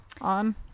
on